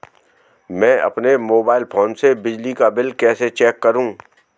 मैं अपने mobile phone से बिजली का बिल कैसे चेक करूं?